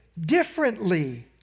differently